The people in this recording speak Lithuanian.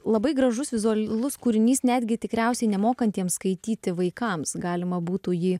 labai gražus vizualus kūrinys netgi tikriausiai nemokantiems skaityti vaikams galima būtų jį